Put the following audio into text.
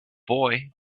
boy